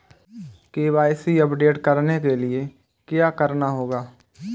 KYC update करने के लिए क्या करना होगा?